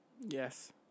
Yes